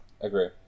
Agree